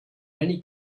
many